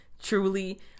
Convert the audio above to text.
truly